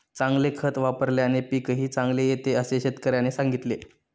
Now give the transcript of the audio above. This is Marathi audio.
चांगले खत वापल्याने पीकही चांगले येते असे शेतकऱ्याने सांगितले